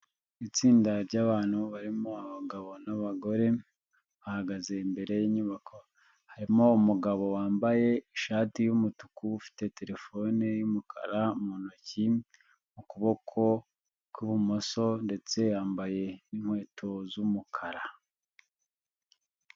Itsinda ry'abantu barimo abagabo n'abagore bahagaze imbere y'inyubako, harimo umugabo wambaye ishati y'umutuku ufite terefone y'umukara mu ntoki, mu kuboko kw'ibumoso ndetse yambaye inkweto z'umukara.